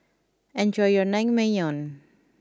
enjoy your Naengmyeon